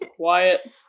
quiet